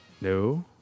No